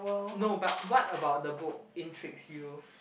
no but what about the book intrigues you